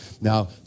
Now